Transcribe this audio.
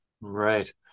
Right